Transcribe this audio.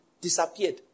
disappeared